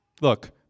look